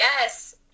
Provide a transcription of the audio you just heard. Yes